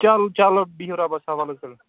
چل چلو بِہیُو رۄبَس سوال تُلیو